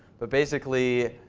but basically,